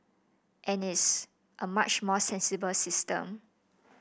and it's a much more sensible system